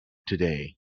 today